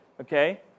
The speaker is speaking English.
okay